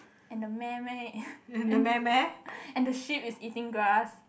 and the meh meh and the sheep is eating grass